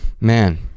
Man